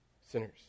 sinners